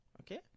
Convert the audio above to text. Okay